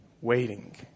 waiting